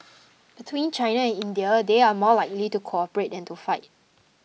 between China and India they are more likely to cooperate than to fight